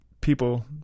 people